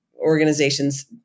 organizations